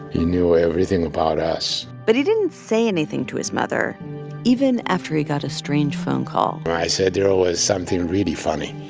he knew everything about us but he didn't say anything to his mother even after he got a strange phone call i said, there was something really funny.